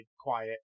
quiet